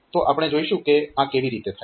તો આપણે જોઈશું કે આ કેવી રીતે થાય છે